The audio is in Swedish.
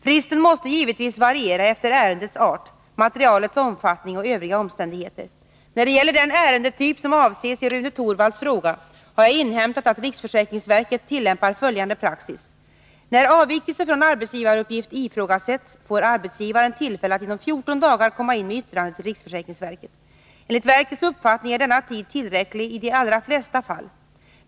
Fristen måste givetvis variera efter ärendets art, materialets omfattning och övriga omständigheter. När det gäller den ärendetyp som avses i Rune Torwalds fråga har jag inhämtat att riksförsäkringsverket tillämpar följande praxis. När avvikelse från arbetsgivaruppgift ifrågasätts, får arbetsgivaren tillfälle att inom 14 dagar komma in med yttrande till riksförsäkringsverket. Enligt verkets uppfattning är denna tid tillräcklig i de allra flesta fall.